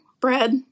bread